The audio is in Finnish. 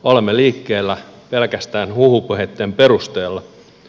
olemme liikkeellä pelkästään huhupuheitten perusteella